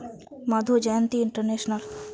Madhu Jayanti international